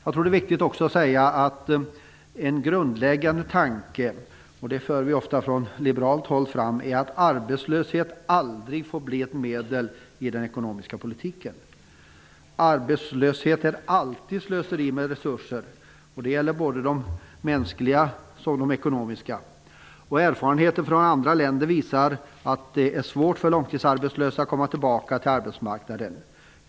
Det är också viktigt att säga att en grundläggande tanke som vi ofta för fram från liberalt håll är att arbetslöshet aldrig får bli ett medel i den ekonomiska politiken. Arbetslöshet är alltid slöseri med resurser. Det gäller såväl mänskliga som ekonomiska resurser. Erfarenheter från andra länder visar att det är svårt för långtidsarbetslösa att komma tillbaka till arbetsmarknaden.